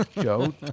Joe